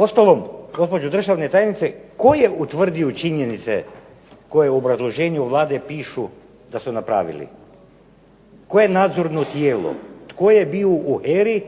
Uostalom, gospođo državna tajnice tko je utvrdio činjenice koje u obrazloženju Vlade pišu da su napravili? Koje nadzorno tijelo? Tko je bio u HERA-i